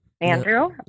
andrew